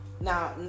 Now